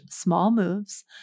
smallmoves